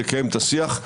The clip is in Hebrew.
לקיים את השיח,